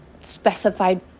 specified